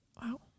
Wow